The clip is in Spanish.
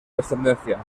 descendencia